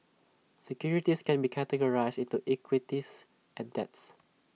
securities can be categorized into equities and debts